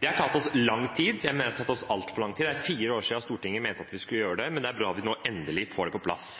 Det har tatt oss lang tid – jeg mener at det har tatt oss altfor lang tid; det er fire år siden Stortinget mente at vi skulle gjøre det. Men det er bra at vi nå endelig får det på plass.